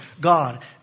God